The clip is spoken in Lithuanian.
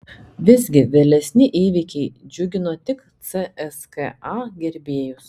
visgi vėlesni įvykiai džiugino tik cska gerbėjus